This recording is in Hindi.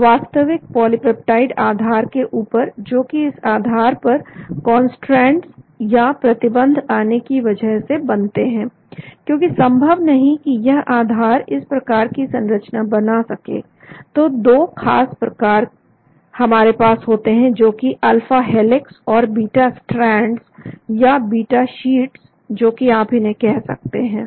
वास्तविक पॉलिपेप्टाइड आधार के ऊपर जोकि इस आधार पर कौनसट्रेंस या प्रतिबंध आने की वजह से बनते हैं क्योंकि संभव नहीं कि यह आधार हर प्रकार की संरचना बना सके तो दो खास प्रकार हमारे पास होते हैं जोकि हैं अल्फा हेलिक्स और बीटा स्ट्रैंड या बीटा शीट्स जो कि आप इन्हें कह सकते हैं